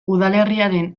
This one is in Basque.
udalerriaren